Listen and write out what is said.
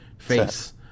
face